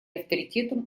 авторитетом